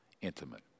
intimate